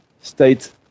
state